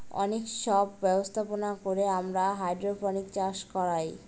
অনেক সব ব্যবস্থাপনা করে আমরা হাইড্রোপনিক্স চাষ করায়